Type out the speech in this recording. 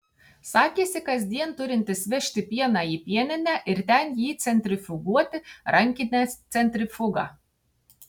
sakėsi kasdien turintis vežti pieną į pieninę ir ten jį centrifuguoti rankine centrifuga